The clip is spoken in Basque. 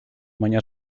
baina